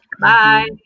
Bye